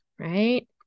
Right